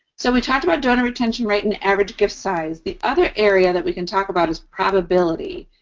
so, we talked about donor retention rate and average gift size. the other area that we can talk about is probability,